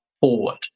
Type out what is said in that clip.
forward